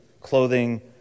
clothing